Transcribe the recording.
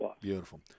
Beautiful